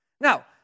Now